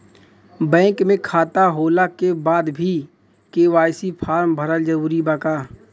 Bank में खाता होला के बाद भी के.वाइ.सी फार्म भरल जरूरी बा का?